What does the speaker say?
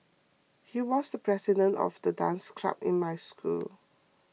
he was the president of the dance club in my school